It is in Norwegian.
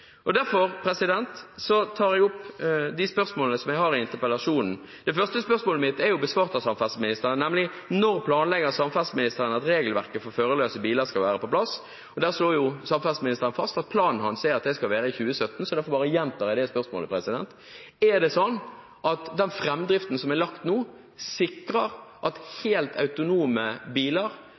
først. Derfor tar jeg opp spørsmålene jeg har i interpellasjonen. Det første spørsmålet mitt er besvart av samferdselsministeren, nemlig: Når planlegger samferdselsministeren at regelverket for førerløse biler skal være på plass? Der slo samferdselsministeren fast at planen hans er at det skal være i 2017, så derfor gjentar jeg bare spørsmålet. Er det sånn at statsråden har en plan som sikrer at de første helt autonome